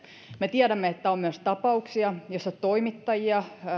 me tiedämme että on myös tapauksia joissa toimittajia